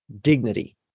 dignity